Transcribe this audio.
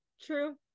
True